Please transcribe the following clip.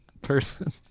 person